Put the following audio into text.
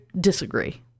disagree